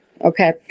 okay